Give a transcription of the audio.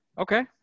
Okay